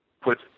Put